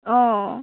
অঁ